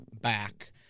back